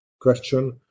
question